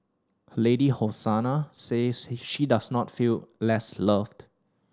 her lady Hosanna says he she does not feel less loved